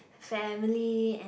family and